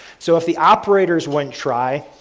so, if the operators when try,